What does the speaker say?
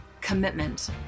commitment